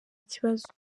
ikibazo